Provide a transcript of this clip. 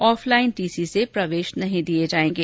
offline TC से प्रवेश नहीं दिए जाएंगे